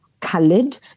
colored